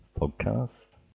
podcast